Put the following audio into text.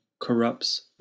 Corrupts